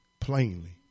plainly